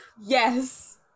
Yes